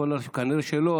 וכנראה שלא,